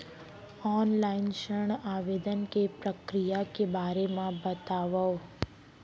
Online ऋण आवेदन के प्रक्रिया के बारे म बतावव?